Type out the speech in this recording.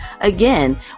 again